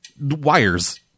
Wires